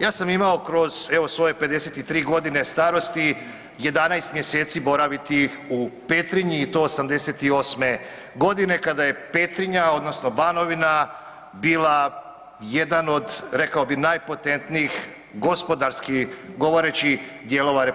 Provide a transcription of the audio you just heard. Ja sam imao kroz evo svoje 53 godine starosti 11 mjeseci boraviti u Petrinji i to '88. godine kada je Petrinja odnosno Banovina bila jedan od rekao bih najpotentnijih gospodarski govoreći dijelova RH,